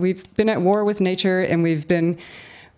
we've been at war with nature and we've been